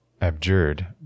abjured